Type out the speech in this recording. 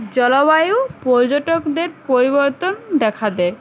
জলবায়ু পর্যটকদের পরিবর্তন দেখা দেয়